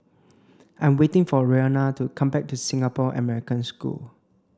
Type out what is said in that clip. I'm waiting for Roena to come back to Singapore American School